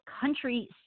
country